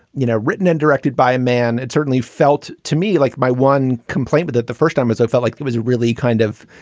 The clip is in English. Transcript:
you know, written and directed by a man. it certainly felt to me like my one complaint but that the first time, as i felt like it was really kind of,